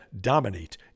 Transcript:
dominate